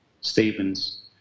Stevens